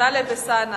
טלב אלסאנע,